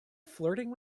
flirting